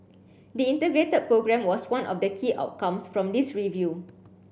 the Integrated Programme was one of the key outcomes from this review